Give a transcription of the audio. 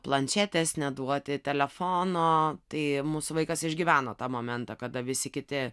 planšetės neduoti telefono tai mūsų vaikas išgyveno tą momentą kada visi kiti